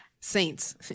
Saints